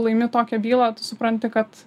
laimi tokią bylą tu supranti kad